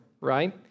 Right